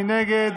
מי נגד?